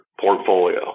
portfolio